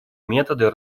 методы